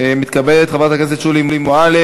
מתכבדת חברת הכנסת שולי מועלם-רפאלי.